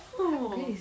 !wow!